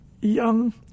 young